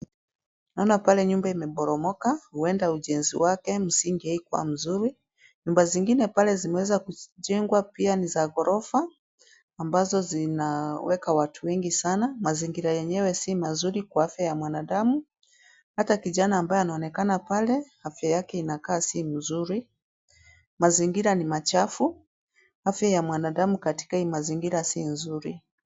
Naona pale nyumba imeporomoka huenda ujenzi wake msingi haikua mzuri. Nyumba zingine pale zimeweza kujengwa pia ni za ghorofa ambazo zinaweka watu wengi sana, mazingira yenyewe si mazuri kwa afya ya mwanadamu. Hata kijana ambaye anaonekana pale afya yake inakaa si mzuri. Mazingira ni machafu, afya ya mwanadamu katika hii mazingira si nzuri.